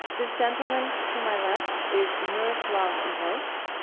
this gentleman to my left is miroslav volf.